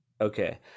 Okay